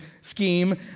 scheme